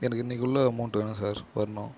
எனக்கு இன்றைக்குள்ள அமௌண்ட் வேணும் சார் வரணும்